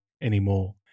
anymore